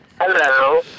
Hello